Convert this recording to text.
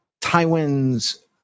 Tywin's